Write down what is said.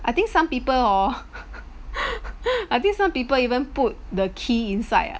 I think some people hor I think some people even put the key inside ah